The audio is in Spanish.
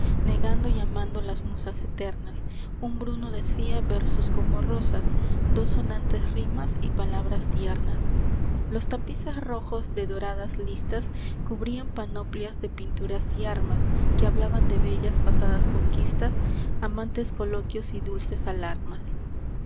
negando y amando las musas eternas un bruno decía versos como rosas dos sonantes rimas y palabras tiernas los tapices rojos de doradas listas cubrían panoplias de pinturas y armas que hablaban de bellas pasadas conquistas amantes coloquios y dulces alarmas